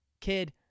kid